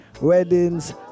weddings